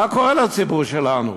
מה קורה לציבור שלנו